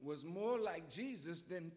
was more like jesus th